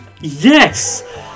Yes